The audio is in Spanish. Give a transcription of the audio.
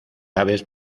aves